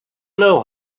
know